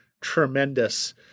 tremendous